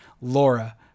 Laura